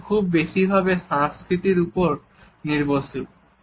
এগুলো খুব বেশি ভাবে সংস্কৃতির ওপর নির্ভরশীল